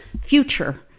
future